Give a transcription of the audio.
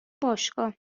باشگاه